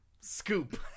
Scoop